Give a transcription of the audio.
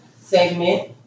segment